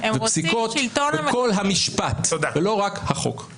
פסיקות וכל המשפט ולא רק החוק.